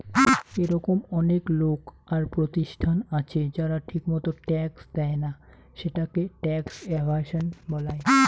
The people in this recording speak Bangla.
এরকম অনেক লোক আর প্রতিষ্ঠান আছে যারা ঠিকমতো ট্যাক্স দেইনা, সেটাকে ট্যাক্স এভাসন বলাঙ্গ